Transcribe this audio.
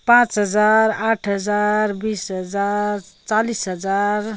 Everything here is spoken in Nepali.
पाँच हजार आठ हजार बिस हजार चालिस हजार